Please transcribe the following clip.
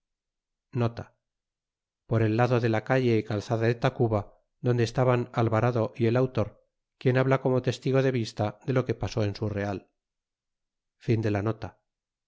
por el lado de la calle y calzada de tacuba donde estaban alvarado y el autor quien habla como testigo de vista de lo que pasó en su real